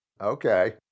okay